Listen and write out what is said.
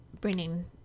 bringing